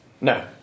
No